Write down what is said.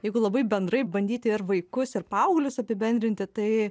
jeigu labai bendrai bandyti ir vaikus ir paauglius apibendrinti tai